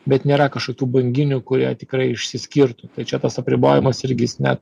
bet nėra kažkokių banginių kurie tikrai išsiskirtų tai čia tas apribojimas irgi jis ne